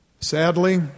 Sadly